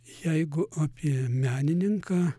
jeigu apie menininką